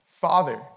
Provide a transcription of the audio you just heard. Father